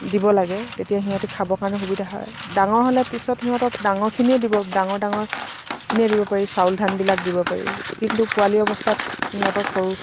দিব লাগে তেতিয়া সিহঁতে খাবৰ কাৰণে সুবিধা হয় ডাঙৰ হ'লে পিছত সিহঁতক ডাঙৰখিনিয়ে দিব ডাঙৰ ডাঙৰখিনিয়ে দিব পাৰি চাউল ধানবিলাক দিব পাৰি কিন্তু পোৱালি অৱস্থাত সিহঁতক সৰু